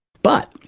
but,